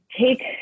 take